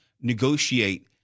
negotiate